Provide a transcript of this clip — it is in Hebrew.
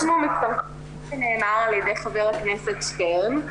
כמו שנאמר על ידי חבר הכנסת שטרן,